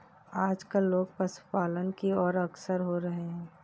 आजकल लोग पशुपालन की और अग्रसर हो रहे हैं